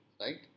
right